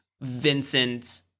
Vincent